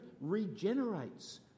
regenerates